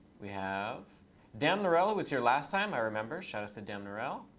we have damnerel was here last time, i remember. shout outs to damnerel.